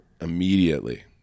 immediately